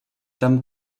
tam